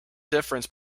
difference